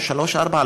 או שלוש-ארבע,